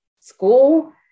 school